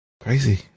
Crazy